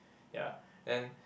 ya and